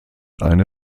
eine